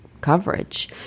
coverage